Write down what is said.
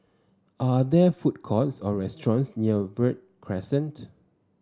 are there food courts or restaurants near Verde Crescent